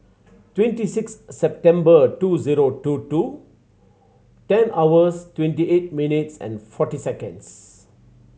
twenty six September two zero two two ten hours twenty eight minutes and forty seconds